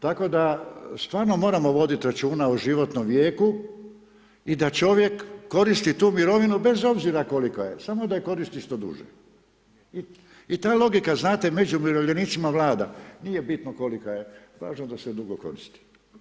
Tako da stvarno moramo voditi računa o životnom vijeku i da čovjek koristi tu mirovinu bez obzira kolika je, samo da je koristi što duže i ta logika znate među umirovljenicima vlada, nije bitno koliko je, važno da se dugo koristi.